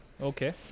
okay